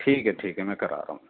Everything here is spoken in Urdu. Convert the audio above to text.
ٹھیک ہے ٹھیک ہے میں کرا رہا ہوں